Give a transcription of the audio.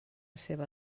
seva